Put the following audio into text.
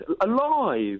alive